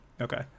Okay